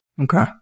Okay